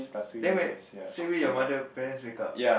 then when say wait your mother parents wake up